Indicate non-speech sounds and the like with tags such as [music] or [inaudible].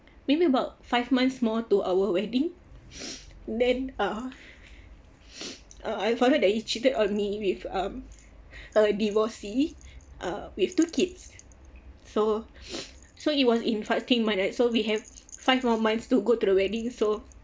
maybe about five months more to our wedding [breath] then uh I found out that he cheated on me with um a divorcee with two kids so [breath] so it was interupting my right so we have five more months to go to the wedding so